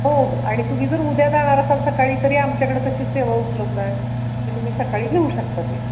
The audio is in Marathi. हो हो आणि तुम्ही जर उद्या जाणार असाल सकाळी तरी आमच्याकडं तशी सेवा उपलब्ध आहे की तुम्ही सकाळी घेऊ शकता ते